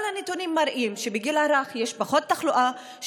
כל הנתונים מראים שבגיל הרך יש פחות תחלואה,